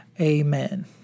amen